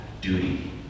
duty